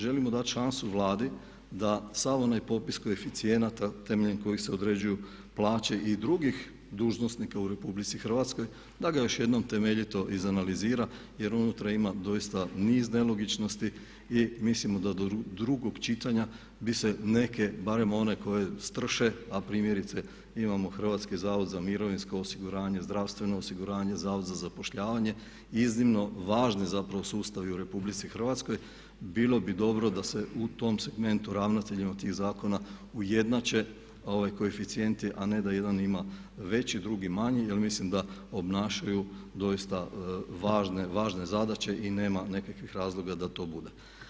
Želimo dati šansu Vladi da sav onaj popis koeficijenata temeljem kojih se određuju plaće i drugih dužnosnika u RH, da ga još jednom temeljito iz analizira jer unutra ima doista niz nelogičnosti i mislimo da do drugog čitanja bi se neke, barem one koje strše a primjerice imamo Hrvatski zavod za mirovinsko osiguranje, zdravstveno osiguranje, Zavod za zapošljavanje, iznimno važni zapravo sustavi u RH, bilo bi dobro da se u tom segmentu ravnateljima tih zakona ujednače koeficijenti a ne da jedan ima, drugi manji jer mislim da obnašaju doista važne zadaće i nema nekakvih razloga da to bude.